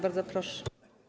Bardzo proszę.